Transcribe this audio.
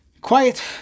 Quiet